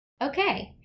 Okay